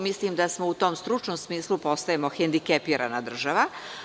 Mislim da u tom stručnom smislu postajemo hendikepirana država.